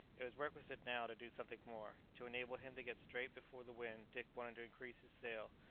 it was requisite now to do something more. to enable him to get straight before the wind dick wanted to increase his sail,